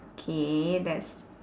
K that's